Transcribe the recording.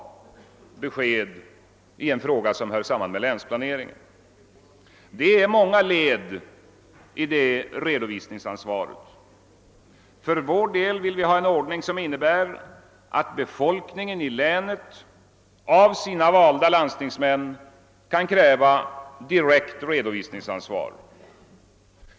Det är många led i detta redovisningsansvar. För vår del vill vi ha en ordning som innebär att befolkningen i länet av sina valda landstingsmän kan kräva direkt redovisningsansvar.